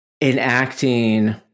enacting